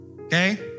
Okay